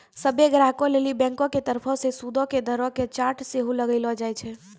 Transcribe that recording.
सभ्भे ग्राहको लेली बैंको के तरफो से सूदो के दरो के चार्ट सेहो लगैलो जाय छै